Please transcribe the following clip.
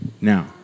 Now